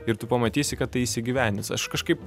ir tu pamatysi kad tai įsigyvendins aš kažkaip